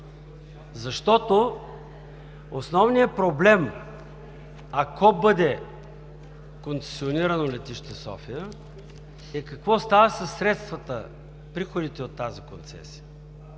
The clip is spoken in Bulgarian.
бюджет? Основният проблем, ако бъде концесионирано Летище София, е какво става със средствата, приходите от тази концесия?